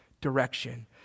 direction